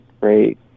great